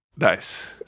Nice